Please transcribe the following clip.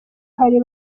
hari